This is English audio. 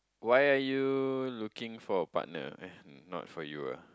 why are you looking for a partner eh not for you ah